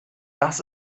das